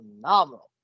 phenomenal